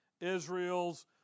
Israel's